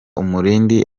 umurindi